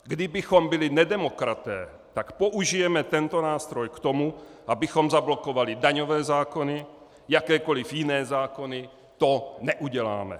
Kdybychom byli nedemokraté, tak použijeme tento nástroj k tomu, abychom zablokovali daňové zákony, jakékoli jiné zákony, to neuděláme.